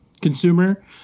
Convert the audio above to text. consumer